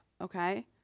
Okay